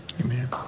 Amen